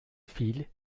viel